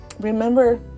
remember